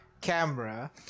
camera